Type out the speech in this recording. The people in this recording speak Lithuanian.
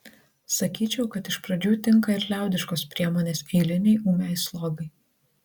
sakyčiau kad iš pradžių tinka ir liaudiškos priemonės eilinei ūmiai slogai